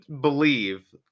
believe